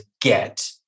get